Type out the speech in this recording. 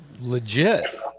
legit